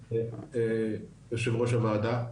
יושב ראש הוועדה,